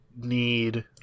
need